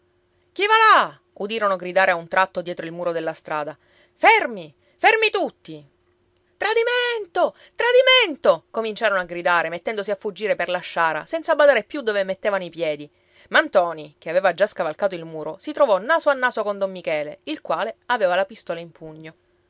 va là udirono gridare a un tratto dietro il muro della strada fermi fermi tutti tradimento tradimento cominciarono a gridare mettendosi a fuggire per la sciara senza badare più dove mettevano i piedi ma ntoni che aveva già scavalcato il muro si trovò naso a naso con don michele il quale aveva la pistola in pugno